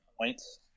points